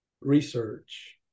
research